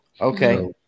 okay